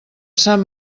sant